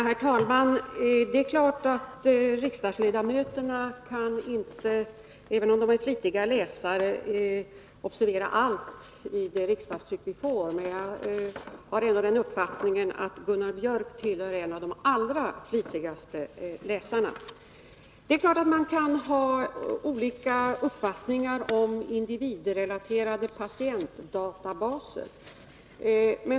Herr talman! Det är klart att riksdagsledamöterna, även om de är flitiga läsare, inte kan observera allt i riksdagstrycket. Jag har ändå den uppfattningen att Gunnar Biörck i Värmdö är en av de allra flitigaste läsarna. Det är klart att man kan ha olika uppfattningar om individrelaterade patientdatabaser.